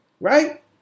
right